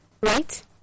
Right